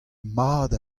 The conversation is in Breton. mat